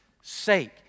sake